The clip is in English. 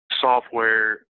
software